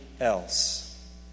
else